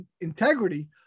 integrity